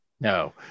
No